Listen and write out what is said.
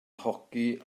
hoci